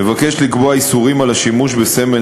מבקשת לקבוע איסורים על השימוש בסמל